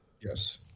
Yes